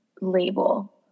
label